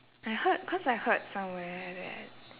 I heard cause I heard somewhere that